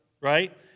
right